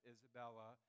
Isabella